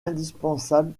indispensable